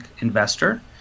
investor